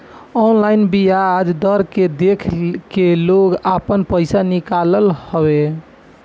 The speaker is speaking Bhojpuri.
ऑनलाइन बियाज दर के देख के लोग आपन पईसा निकालत हवे